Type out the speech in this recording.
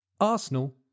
Arsenal